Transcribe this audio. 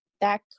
back